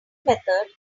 method